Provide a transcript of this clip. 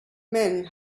men